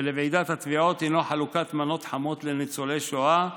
ולוועידת התביעות הוא חלוקת מנות חמות לניצולי שואה,